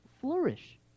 flourish